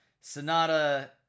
Sonata